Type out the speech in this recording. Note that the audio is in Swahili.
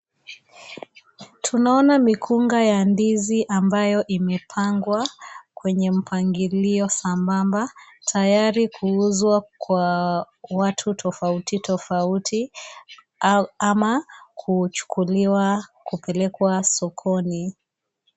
Tunaona mikunga ya ndizi ambayo imepangwa kwenye mpangilio sambamba, tayari kuuzwa kwa watu tofauti tofauti ama kuchukuliwa kupelekwa sokoni.